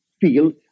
feel